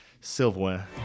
silverware